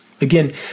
Again